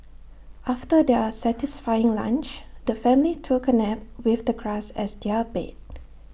after their satisfying lunch the family took A nap with the grass as their bed